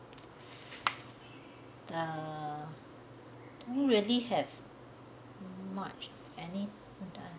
the don't really have much any the